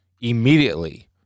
immediately